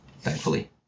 thankfully